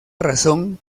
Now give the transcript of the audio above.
razón